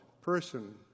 person